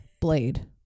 blade